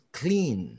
clean